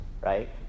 right